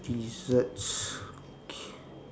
desserts okay